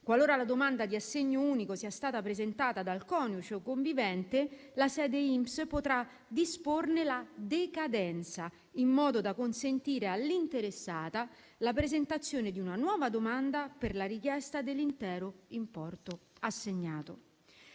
Qualora la domanda di assegno unico sia stata presentata dal coniuge o convivente, la sede INPS potrà disporne la decadenza, in modo da consentire all'interessata la presentazione di una nuova domanda per la richiesta dell'intero importo assegnato.